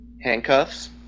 Handcuffs